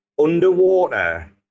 underwater